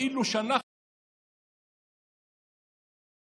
כאילו שאנחנו במשך עשרות שנים,